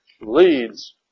leads